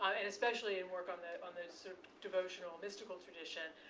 um and especially in work on on this sort of devotional mystical tradition,